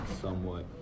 somewhat